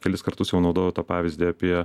kelis kartus jau naudojau tą pavyzdį apie